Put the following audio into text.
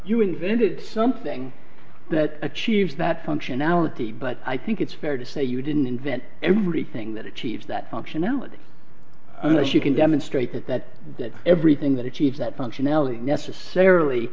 you invented something that achieves that functionality but i think it's fair to say you didn't invent everything that achieves that functionality unless you can demonstrate that that that everything that achieves that functionality necessarily